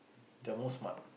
they're more smart